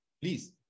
please